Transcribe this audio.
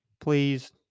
please